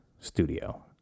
studio